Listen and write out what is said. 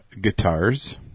Guitars